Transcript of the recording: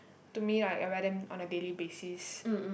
to me like I wear them on a daily basis